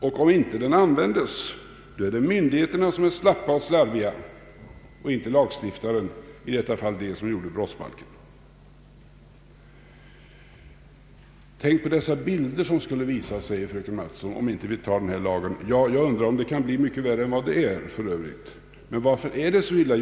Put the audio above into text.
Om den inte används, är det myndigheterna som är slappa och slarviga och inte lagstiftaren, i detta fall de som gjorde brottsbalken. Fröken Mattson säger: Tänk på dessa bilder som skulle visas, om vi inte tar den här lagen. Ja, jag undrar om det kan bli så mycket värre än vad det är. Men varför är det då så illa?